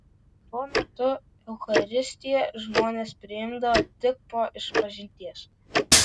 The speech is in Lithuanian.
tuo metu eucharistiją žmonės priimdavo tik po išpažinties